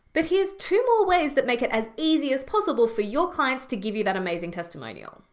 but here's two more ways that make it as easy as possible for your clients to give you that amazing testimonial.